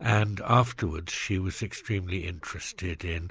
and afterwards she was extremely interested in